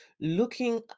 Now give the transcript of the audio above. looking